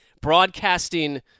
broadcasting